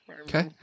Okay